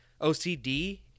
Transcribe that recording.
OCD